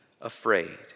afraid